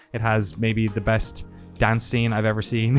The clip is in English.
it has maybe the best dance scene i've ever seen